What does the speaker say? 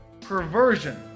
perversion